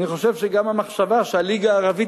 אני חושב שגם המחשבה שהליגה הערבית